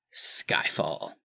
Skyfall